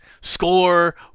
score